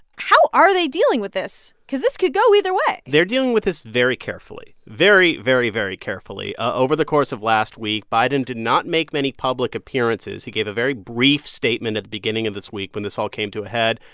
how are they dealing with this? because this could go either way they're dealing with this very carefully, very very, very carefully. over the course of last week, biden did not make many public appearances. he gave a very brief statement at the beginning of this week when this all came to a head.